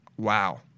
Wow